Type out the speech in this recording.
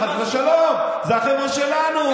חס ושלום, זה החבר'ה שלנו.